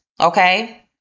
okay